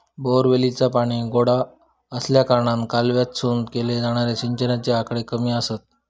बोअरवेलीचा पाणी गोडा आसल्याकारणान कालव्यातसून केले जाणारे सिंचनाचे आकडे कमी आसत